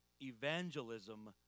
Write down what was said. evangelism